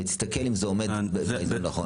ותסתכל אם זה עומד וזה נכון.